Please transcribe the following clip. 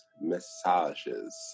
massages